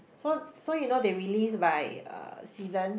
so so you know they release by uh seasons